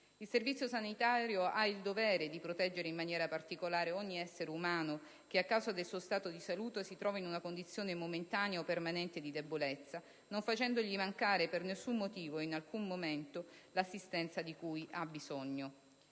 Il Servizio sanitario ha il dovere di proteggere in maniera particolare ogni essere umano che, a causa del suo stato di salute, si trova in una condizione momentanea o permanente di debolezza, non facendogli mancare per nessun motivo e in alcun momento l'assistenza di cui ha bisogno.